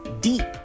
deep